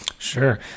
Sure